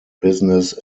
business